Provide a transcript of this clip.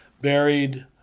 Buried